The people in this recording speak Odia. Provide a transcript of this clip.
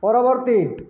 ପରବର୍ତ୍ତୀ